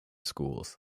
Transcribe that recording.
schools